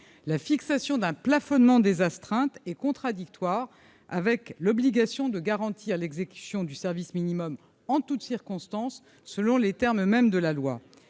la fixation d'un plafonnement des astreintes et contradictoire avec l'obligation de garantir l'exécution du service minimum en toutes circonstances, selon les termes mêmes de la loi